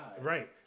Right